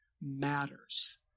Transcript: matters